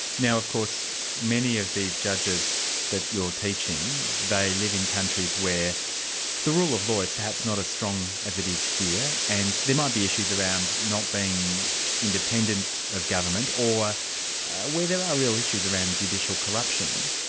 now of course many of these judges that you're teaching, they live n countries where the rule of law is perhaps not as strong as it is here, and there might be issues around not being independent of government, or where there are real issues around judicial corruption.